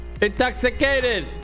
Intoxicated